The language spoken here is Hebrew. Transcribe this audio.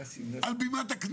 הוא אמר את זה מעל בימת הכנסת.